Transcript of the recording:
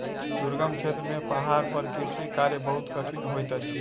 दुर्गम क्षेत्र में पहाड़ पर कृषि कार्य बहुत कठिन होइत अछि